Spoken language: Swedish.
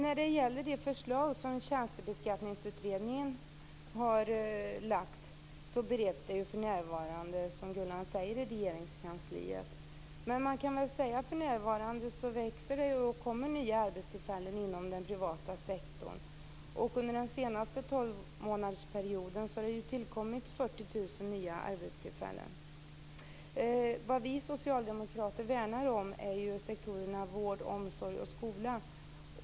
Fru talman! Det förslag som Tjänstebeskattningsutredningen har lagt fram bereds för närvarande - som Gullan Lindblad säger - i Regeringskansliet. Nu kommer det till nya arbetstillfällen inom den privata sektorn. Under den senaste 12-månadersperioden har det tillkommit 40 000 nya arbetstillfällen. Vad vi socialdemokrater värnar är sektorerna vård, omsorg och skola.